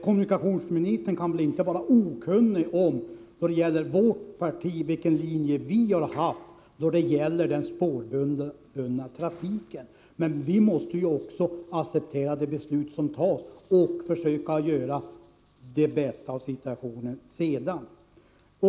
Kommunikationsministern kan inte vara okunnig om vilken linje vårt parti har drivit när det gäller den spårbundna trafiken. Men vi måste acceptera de beslut som fattas och sedan försöka göra det bästa av situationen.